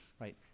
right